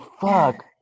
fuck